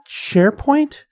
SharePoint